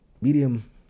medium